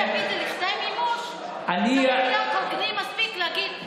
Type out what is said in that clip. מספיק הוגנים כדי להגיד: